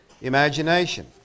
imagination